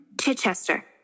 Chichester